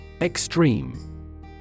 Extreme